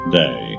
day